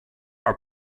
are